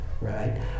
right